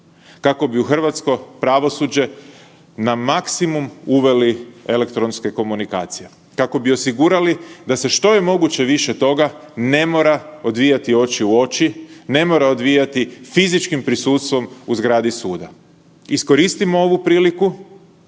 kako bi u hrvatsko pravosuđe na maksimum uveli elektronske komunikacije, kako bi osigurali da se što je moguće više toga ne mora odvijati oči u oči, ne mora odvijati fizičkim prisustvom u zgradi suda. Iskoristimo ovu priliku